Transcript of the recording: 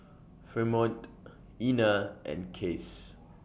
Fremont Ina and Case